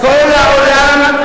כל העולם,